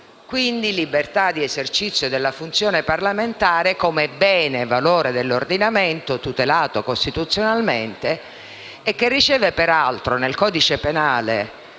quindi, libertà di esercizio della funzione parlamentare come bene e valore dell'ordinamento, tutelato costituzionalmente, che riceve peraltro nel codice penale,